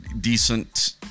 decent